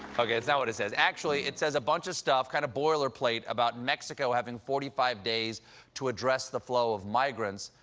okay, that's not what it says. actually, it says a bunch of stuff, kind of boiler plate, about mexico having forty five days to address the flow of migrants,